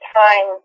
time